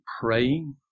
praying